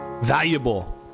Valuable